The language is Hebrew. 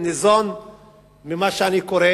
ניזון ממה שאני קורא